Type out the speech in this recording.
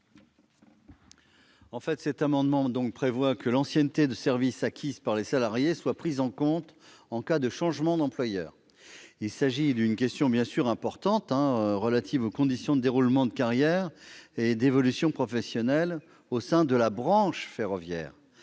? Cet amendement vise à prévoir que l'ancienneté de service acquise par les salariés soit prise en compte en cas de changement d'employeur. Il s'agit bien sûr d'une question importante, relative aux conditions de déroulement des carrières et d'évolution professionnelle au sein de la branche ferroviaire.